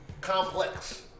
complex